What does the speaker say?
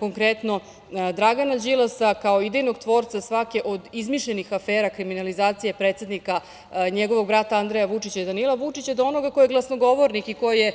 Konkretno Dragana Đilasa, kao idejnog tvorca svake od izmišljenih afera kriminalizacije predsednika, njegovog brata Andreja Vučića i Danila Vučića, do onoga ko je glasnogovornik i ko je